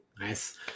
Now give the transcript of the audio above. Nice